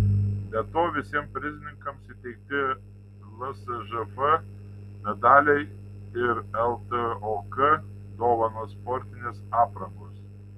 be to visiems prizininkams įteikti lsžf medaliai ir ltok dovanos sportinės aprangos